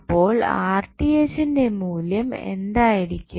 അപ്പോൾ ന്റെ മൂല്യം എന്തായിരിക്കും